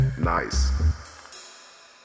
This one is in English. nice